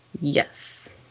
Yes